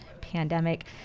pandemic